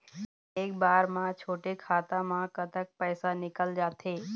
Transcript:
एक बार म छोटे खाता म कतक पैसा निकल जाथे?